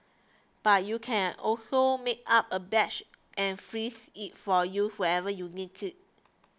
but you can also make up a batch and freeze it for use whenever you need it